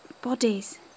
Bodies